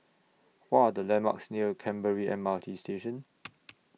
What Are The landmarks near Canberra M R T Station